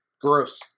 Gross